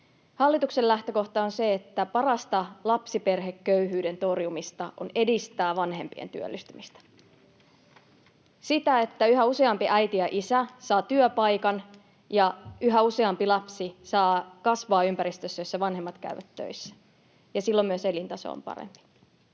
Hallituksen lähtökohta on se, että parasta lapsiperheköyhyyden torjumista on edistää vanhempien työllistymistä — sitä, että yhä useampi äiti ja isä saa työpaikan ja yhä useampi lapsi saa kasvaa ympäristössä, jossa vanhemmat käyvät töissä, ja silloin myös elintaso on parempi.